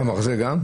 אה, מרזה גם?